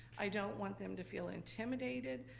i don't want them to feel intimidated.